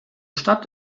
stadt